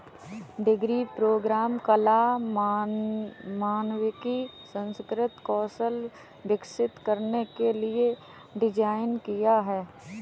degree programme कला, मानविकी, सांस्कृतिक कौशल विकसित करने के लिए डिज़ाइन किया है